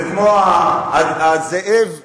זה כמו הזאב והגדי.